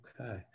Okay